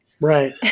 Right